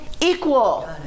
equal